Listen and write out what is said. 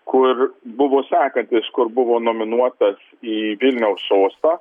kur buvo sekantis kur buvo nominuotas į vilniaus sostą